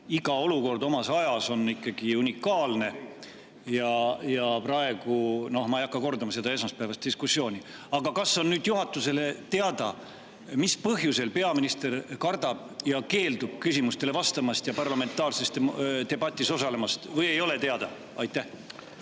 Iga olukord on omas ajas ikkagi unikaalne. Ja praegu ... Noh, ma ei hakka kordama seda esmaspäevast diskussiooni. Aga kas nüüd on juhatusele teada, mis põhjusel peaminister [meid] kardab ja keeldub küsimustele vastamast ja parlamentaarses debatis osalemast? Või ei ole teada? Aitäh!